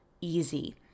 easy